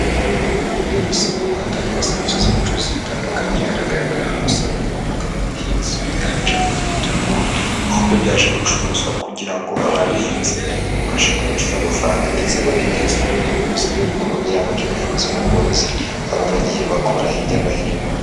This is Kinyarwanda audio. Ku isoko hatangirwa serivisi z'ubucuruzi zitandukanye, haragaragara umusaruro w'ibikomoka ku buhinzi, wiganjemo ibitunguru, aho byaje gucuruzwa kugira ngo ababihinze, babashe kwinjiza amafaranga ndetse baniteze imbere, binyuze mu bikorwa byabo by'ubuhinzi n'ubworozi, baba baragiye bakora hirya no hino.